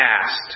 past